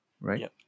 right